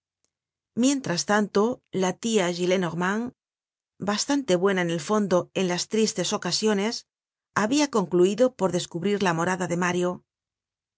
mientras tanto la tia gillenormand bastante buena en el fondo en las tristes ocasiones habia concluido por descubrir la morada de mario